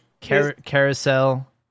carousel